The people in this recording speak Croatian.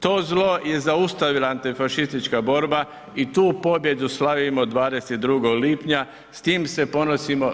To zlo je zaustavila antifašistička borba i tu pobjedu slavimo 22. lipnja s tim se ponosimo.